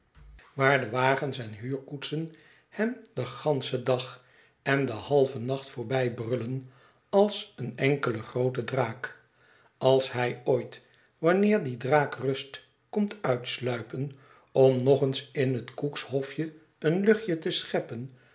waar de wagens en huurkoetsen hem den ganschen dag en den halven nacht voorbijbrullen als een enkele groote draak als hij ooit wanneer die draak rust komt uitsluipen om nog eens in het cook's hofje een luchtje te scheppen